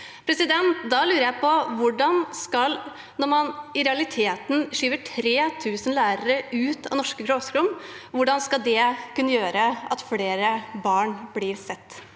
Da lurer jeg på: Når man i realiteten skyver 3 000 lærere ut av norske klasserom, hvordan skal det kunne gjøre at flere barn blir sett?